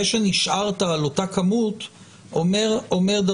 זה שנשארת על אותו מספר אומר דרשני.